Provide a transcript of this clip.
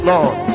Lord